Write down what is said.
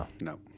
No